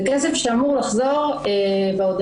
זה כסף שאמור לחזור בעודפים,